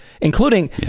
including